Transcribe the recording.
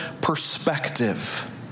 perspective